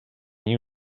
you